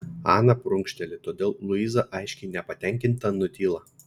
ana prunkšteli todėl luiza aiškiai nepatenkinta nutyla